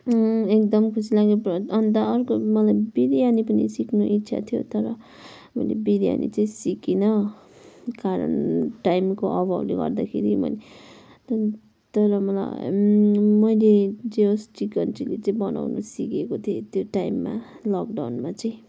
एकदम खुसी लाग्यो अन्त अर्को मलाई बिरयानी पनि सिक्नु इच्छा थियो तर मैले बिरयानी चाहिँ सिकिनँ कारण टाइमको अभावले गर्दाखेरि मैले तर तर मलाई मैले जे होस् चिकन चिल्ली चाहिँ बनाउनु सिकेको थिएँ त्यो टाइममा लकडाउनमा चाहिँ